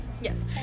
Yes